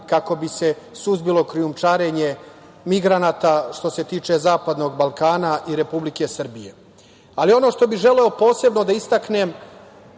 kako bi se suzbilo krijumčarenje migranata što se tiče zapadnog Balkana i Republike Srbije. Ono što bih želeo posebno da istaknem